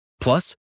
Plus